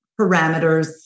parameters